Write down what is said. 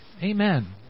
Amen